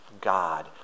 God